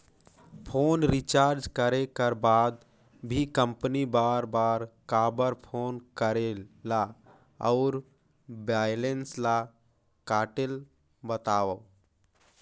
Phone recharge करे कर बाद भी कंपनी बार बार काबर फोन करेला और बैलेंस ल काटेल बतावव?